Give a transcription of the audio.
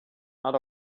not